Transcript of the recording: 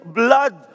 blood